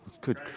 Good